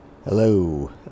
Hello